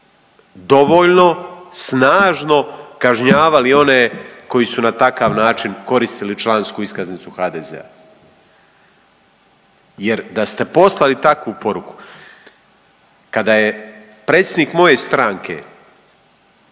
dovoljno snažno kažnjavali one koji su na takav način koristili člansku iskaznicu HDZ-a. Jer da ste poslali takvu poruku kada je predsjednik moje stranke